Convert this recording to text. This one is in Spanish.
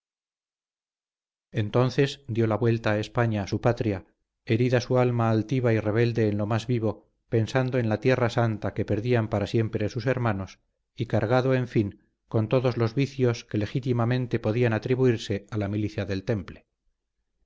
entonces dio la vuelta a españa su patria herida su alma altiva y rebelde en lo más vivo pensando en la tierra santa que perdían para siempre sus hermanos y cargado en fin con todos los vicios que legítimamente podían atribuirse a la milicia del temple